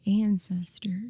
ancestors